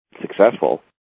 successful